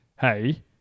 hey